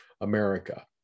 America